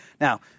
Now